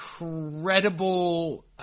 incredible